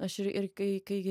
aš ir ir kai kai